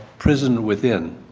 prison within.